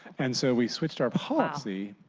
and so we switched our policy,